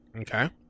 Okay